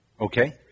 okay